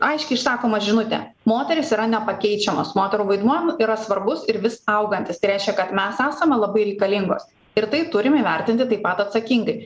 aiški išsakoma žinutė moterys yra nepakeičiamos moterų vaidmuo yra svarbus ir vis augantis tai reiškia kad mes esame labai reikalingos ir tai turim įvertinti taip pat atsakingai